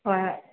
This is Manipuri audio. ꯍꯣꯏ ꯍꯣꯏ